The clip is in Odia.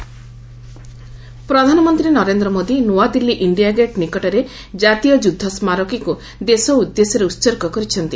ପିଏମ୍ ୱାର ମୋମୋରିଆଲ ପ୍ରଧାନମନ୍ତ୍ରୀ ନରେନ୍ଦ୍ର ମୋଦି ନୂଆଦିଲ୍ଲୀ ଇଣ୍ଡିଆ ଗେଟ୍ ନିକଟରେ ଜାତୀୟ ଯୁଦ୍ଧ ସ୍ମାରକୀକୁ ଦେଶ ଉଦ୍ଦେଶ୍ୟରେ ଉତ୍ଗର୍ଚ କରିଛନ୍ତି